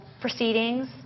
proceedings